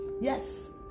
yes